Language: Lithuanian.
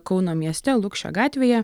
kauno mieste lukšio gatvėje